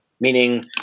meaning